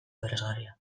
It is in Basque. aberasgarria